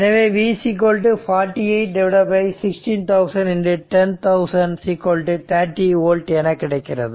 எனவே v 48 16000 10000 30 volt என கிடைக்கிறது